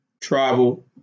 travel